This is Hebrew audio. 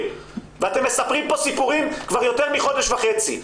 ואתם מספרים פה סיפורים כבר יותר מחודש וחצי.